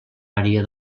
àrea